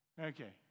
Okay